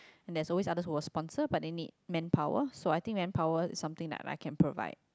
and there's always others who will sponsor but they need manpower so I think manpower is something that I can provide